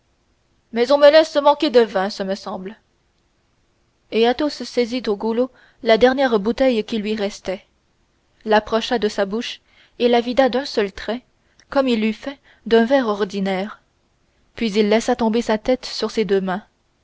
mais on me laisse manquer de vin ce me semble et athos saisit au goulot la dernière bouteille qui restait l'approcha de sa bouche et la vida d'un seul trait comme il eût fait d'un verre ordinaire puis il laissa tomber sa tête sur ses deux mains